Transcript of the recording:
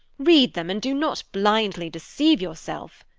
read them, and do not blindly deceive yourself,